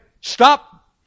stop